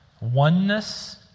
oneness